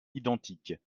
identiques